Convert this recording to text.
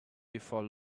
before